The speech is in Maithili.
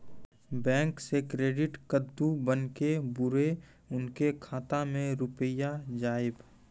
बैंक से क्रेडिट कद्दू बन के बुरे उनके खाता मे रुपिया जाएब?